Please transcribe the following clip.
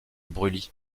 brûlis